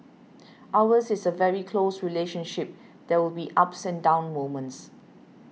ours is a very close relationship there will be ups and down moments